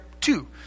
two